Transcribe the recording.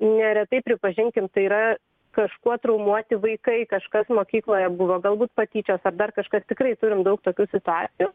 neretai pripažinkim tai yra kažkuo traumuoti vaikai kažkas mokykloje buvo galbūt patyčios ar dar kažkas tikrai turim daug tokių situacijų